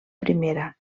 primera